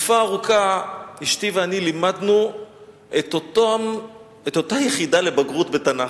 תקופה ארוכה אשתי ואני לימדנו את אותה יחידה לבגרות בתנ"ך.